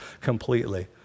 completely